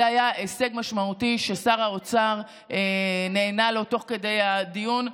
זה היה הישג משמעותי ששר האוצר נענה לו תוך כדי הדיון,